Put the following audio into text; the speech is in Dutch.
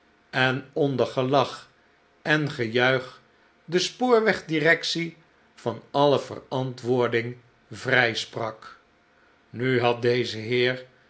en onder gelach en gejuich de spoorwegdirectie van alle verantwoording vrijsprak nu had deze heer